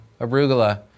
arugula